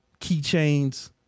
keychains